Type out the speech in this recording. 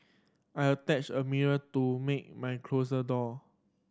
I attached a mirror to me my closet door